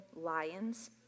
lions